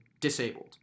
disabled